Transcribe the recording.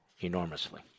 enormously